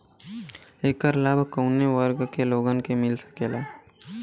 ऐकर लाभ काउने वर्ग के लोगन के मिल सकेला?